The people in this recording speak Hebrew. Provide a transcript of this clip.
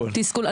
תסכול,